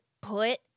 put